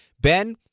Ben